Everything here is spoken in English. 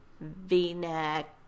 v-neck